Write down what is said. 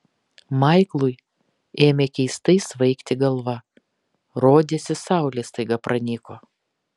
maiklui ėmė keistai svaigti galva rodėsi saulė staiga pranyko